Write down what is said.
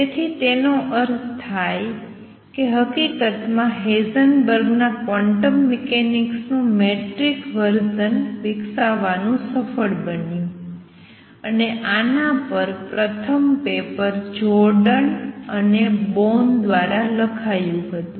તેથી તેનો અર્થ થાય છે અને હકીકતમાં હેઇઝનબર્ગના ક્વોન્ટમ મિકેનિક્સનું મેટ્રિક્સ વર્સન વિકસાવવાનું સફળ બન્યું અને આના પર પ્રથમ પેપર જોર્ડન અને બોર્ન દ્વારા લખાયું હતું